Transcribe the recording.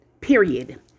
period